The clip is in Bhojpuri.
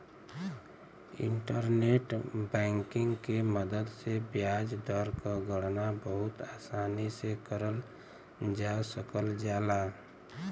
इंटरनेट बैंकिंग के मदद से ब्याज दर क गणना बहुत आसानी से करल जा सकल जाला